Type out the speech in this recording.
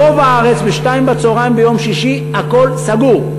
ברוב הארץ, ב-14:00 ביום שישי הכול סגור.